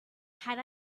had